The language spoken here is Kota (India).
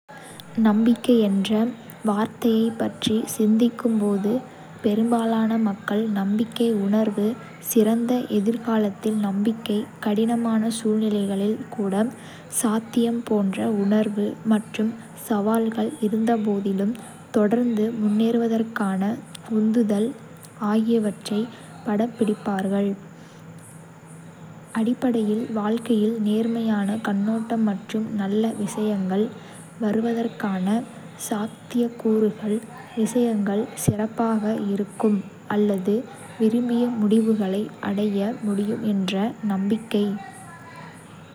நம்பிக்கை என்ற வார்த்தையைப் பற்றி சிந்திக்கும் போது, ​​பெரும்பாலான மக்கள் நம்பிக்கை உணர்வு, சிறந்த எதிர்காலத்தில் நம்பிக்கை, கடினமான சூழ்நிலைகளில் கூட சாத்தியம் போன்ற உணர்வு மற்றும் சவால்கள் இருந்தபோதிலும் தொடர்ந்து முன்னேறுவதற்கான உந்துதல் ஆகியவற்றைப் படம்பிடிப்பார்கள். அடிப்படையில், வாழ்க்கையில் நேர்மறையான கண்ணோட்டம் மற்றும் நல்ல விஷயங்கள் வருவதற்கான சாத்தியக்கூறுகள். விஷயங்கள் சிறப்பாக இருக்கும் அல்லது விரும்பிய முடிவுகளை அடைய முடியும் என்ற நம்பிக்கை.